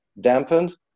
dampened